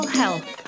health